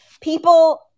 people